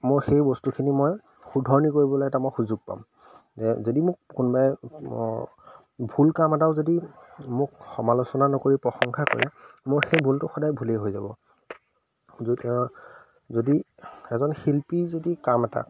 মোৰ সেই বস্তুখিনি মই শুদ্ধৰণি কৰিবলৈ এটা মই সুযোগ পাম যে যদি মোক কোনোবাই ভুল কাম এটাও যদি মোক সমালোচনা নকৰি প্ৰশংসা কৰে মোৰ সেই ভুলটো সদায় ভুলেই হৈ যাব য যদি এজন শিল্পী যদি কাম এটা